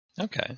Okay